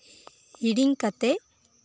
ᱦᱤᱲᱤᱧ ᱠᱟᱛᱮ